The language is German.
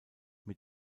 mit